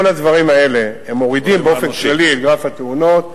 כל הדברים האלה מורידים באופן כללי את גרף התאונות,